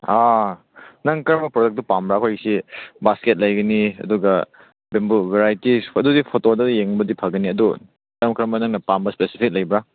ꯑꯥ ꯅꯪ ꯀꯔꯝꯕ ꯄ꯭ꯔꯗꯛꯇ ꯄꯥꯝꯕ꯭ꯔꯥ ꯑꯩꯈꯣꯏꯒꯤꯁꯤ ꯕꯥꯁꯀꯦꯠ ꯂꯩꯒꯅꯤ ꯑꯗꯨꯒ ꯕꯦꯝꯕꯨ ꯕꯦꯔꯥꯏꯇꯤꯁ ꯑꯗꯨꯗꯤ ꯐꯣꯇꯣꯗ ꯌꯦꯡꯕꯗꯤ ꯐꯥꯒꯅꯤ ꯑꯗꯨ ꯀꯔꯝ ꯀꯔꯝꯕ ꯅꯪꯅ ꯄꯥꯝꯕ ꯏꯁꯄꯦꯁꯤꯐꯤꯛ ꯂꯩꯕ꯭ꯔꯥ